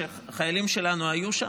כשחיילים שלנו היו שם.